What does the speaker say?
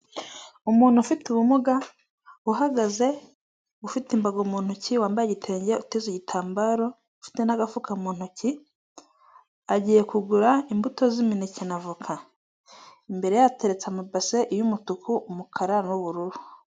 Umuntu ufite ubumuga, uhagaze, ufite imbago mu ntoki wambaye igitenge, uteze igitambaro, n'agafuka mu ntoki, agiye kugura imbuto z'imineke na voka, imbere yateretse amabase y'umutuku, umukara n'ubururu.